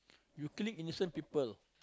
you killing innocent people